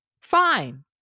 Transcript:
fine